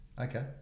Okay